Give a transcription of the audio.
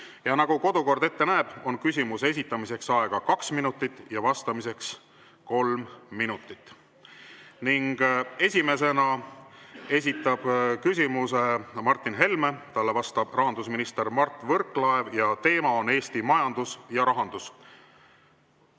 Ja nagu kodukord ette näeb, on küsimuse esitamiseks aega kaks minutit ja vastamiseks kolm minutit. Esimesena esitab küsimuse Martin Helme, talle vastab rahandusminister Mart Võrklaev ning teema on Eesti majandus ja rahandus.